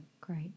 Great